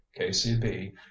kcb